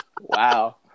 Wow